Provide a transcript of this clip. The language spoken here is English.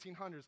1800s